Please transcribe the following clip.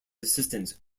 assistance